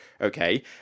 okay